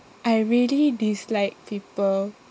I really dislike people